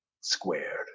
squared